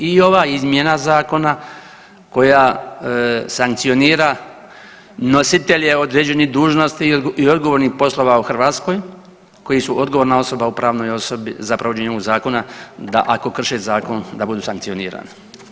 I ova izmjena zakona koja sankcionira nositelje određenih dužnosti i odgovornih poslova u Hrvatskoj koji su odgovorna osoba u pravnoj osobi za provođenje ovog zakona, da ako krše zakon, da budu sankcionirani.